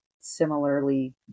similarly